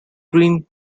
green